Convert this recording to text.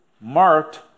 marked